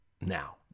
Now